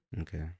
okay